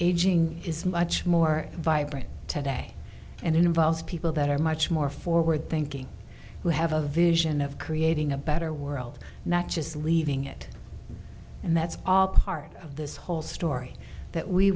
aging is much more vibrant today and involves people that are much more forward thinking who have a vision of creating a better world not just leaving it and that's all part of this whole story that we